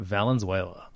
Valenzuela